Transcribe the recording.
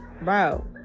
bro